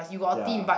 ya